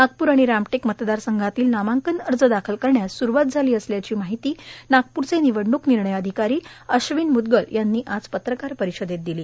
नागपूर आणि रामटेक मतदार संघातील नामांकन अर्ज दाखल करण्यास स्रूवात झाली असल्याची माहिती नागपूरचे निवडणूक निर्णय अधिकारी अश्विन मूद्गल यांनी आज पत्रकार परिषदेत दिली